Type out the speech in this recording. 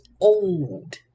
old